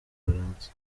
bufaransa